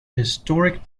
historic